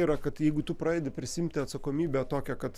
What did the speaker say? yra kad jeigu tu pradedi prisiimti atsakomybę tokią kad